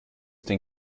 den